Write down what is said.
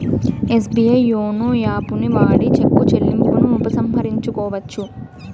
SBI YONO యాపుని వాడి చెక్కు చెల్లింపును ఉపసంహరించుకోవచ్చు